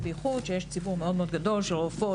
וביחוד שיש ציבור מאוד גדול של רופאות,